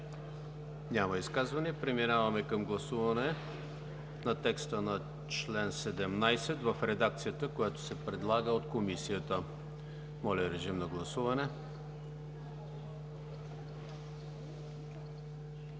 Няма изказвания. Преминаваме към гласуване на текста на чл. 17 в редакцията, която се предлага от Комисията. Гласували